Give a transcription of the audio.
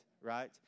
right